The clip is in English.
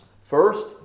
First